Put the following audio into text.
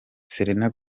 selena